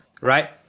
right